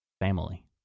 family